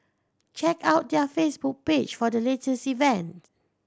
check out their Facebook page for the latest event